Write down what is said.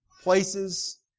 Places